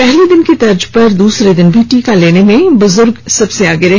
पहले दिन की तर्ज पर दूसरे दिन भी टीका लेने में बुजुर्ग सबसे आगे रहे